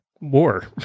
war